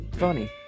funny